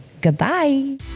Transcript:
Goodbye